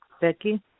Becky